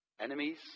Enemies